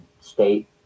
state